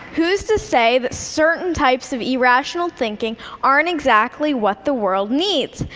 who's to say that certain types of irrational thinking aren't exactly what the world needs?